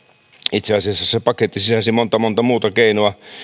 itse asiassa se paketti sisälsi monta monta muuta keinoa